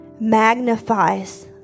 magnifies